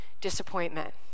Disappointment